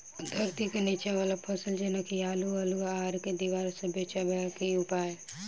धरती केँ नीचा वला फसल जेना की आलु, अल्हुआ आर केँ दीवार सऽ बचेबाक की उपाय?